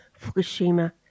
Fukushima